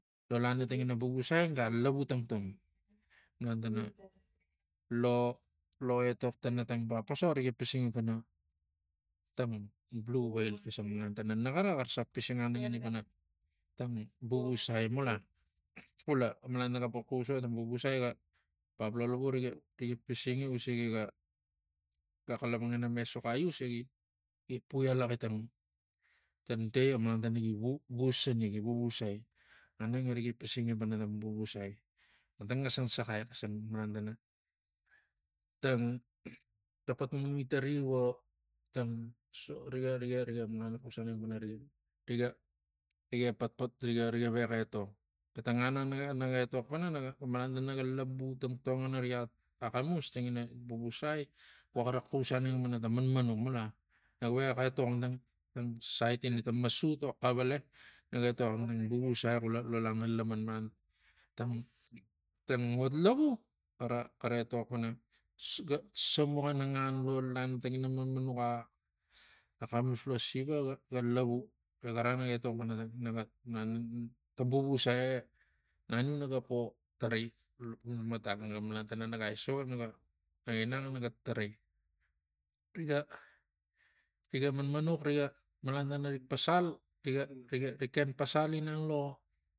Lo lana tangina vuvusai ang ga lavu tongtong malan tana lo- lo etok tana tang bap posox nga pisingi para tang biu wei xisang naxara xara se psisingane ngani para tang vuvusai mula. Xula malan napo xus vo ta vuvu sai ga bap lo lovu riga pisingi usigi ga ga xalapang ina me sux aius e gi- gi- gi puai alax i tang tang dai vo malan tana gi vuvusai aneng e riga pisingi pana ta vuvusai ne ta ngasa n saxai xisang malan tana tang ta patmanui tari vo tang so riga riga riga malan nak xus aneng para riga raga epotpot riga riga vexa etong. xeta ngan ang naga naga etox pana naga malang tara go labu tangtong ina ri axamus tangina vuvusai vo xara xus aneng pana tang manmanux mula. Na vexa etok tang sait ina tang masut vo xavala naga etok pana tang uvuvsai kula lo lana laman malan tang tang ot lavu xara xara etok pana ga sombuxana ngan lo ian tangina mamamux ah axamus lo siva ga- ga lavu e gara naga etok pana naga malan tang vuvusai e naniu naga nang e naga tarai riga riga manmanux riga malan tara riga pasa riga riga rik ekn pasal ginang lo.